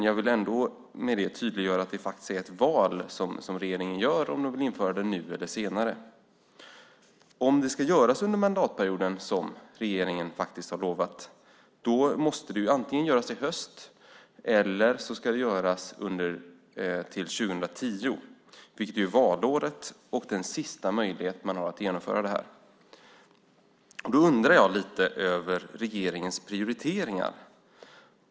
Jag vill ändå tydliggöra att det är ett val som regeringen gör - att införa den nu eller senare. Om det ska göras under mandatperioden, som regeringen faktiskt har lovat, måste det göras antingen i höst eller till 2010 som är valåret och den sista möjligheten att genomföra det. Då undrar jag lite över regeringens prioriteringar.